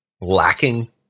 lacking